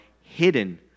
hidden